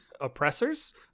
oppressors